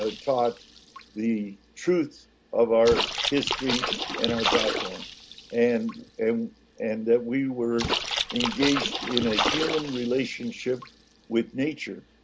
ah taught the truth of our history and our background and and and that we were engaged in a human relationship with nature.